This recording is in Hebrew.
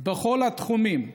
בכל התחומים.